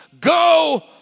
go